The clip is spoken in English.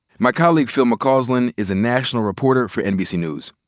my colleague, phil mccausland, is a national reporter for nbc news.